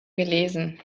gelesen